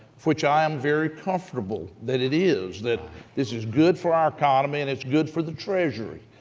which i am very comfortable that it is, that this is good for our economy and it's good for the treasury.